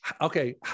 Okay